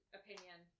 opinion